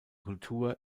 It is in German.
kultur